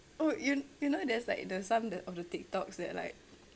oh you you know there's like the some of the tiktoks that like